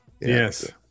Yes